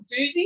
doozy